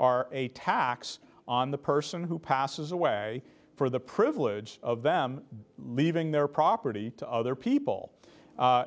are a tax on the person who passes away for the privilege of them leaving their property to other people